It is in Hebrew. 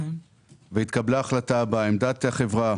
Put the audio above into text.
והתקבלה החלטה בעמדת החברה